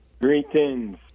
Greetings